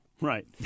Right